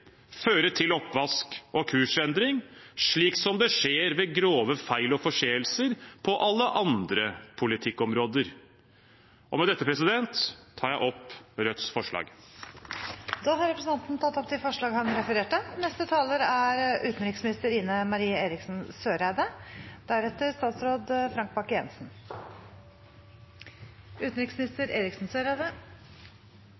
føre til oppvask og kursendring, som skjer ved grove feil og forseelser på alle andre politikkområder? Med dette tar jeg opp Rødts forslag. Representanten Bjørnar Moxnes har tatt opp de forslagene han refererte